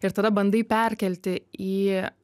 ir tada bandai perkelti į